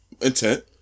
intent